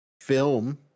film